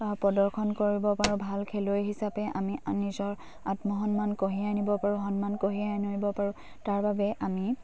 প্ৰদৰ্শন কৰিব পাৰোঁ ভাল খেলুৱৈ হিচাপে আমি নিজৰ আত্মসন্মান কঢ়িয়াই আনিব পাৰোঁ সন্মান কঢ়িয়াই আনিব পাৰোঁ তাৰ বাবে আমি